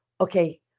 Okay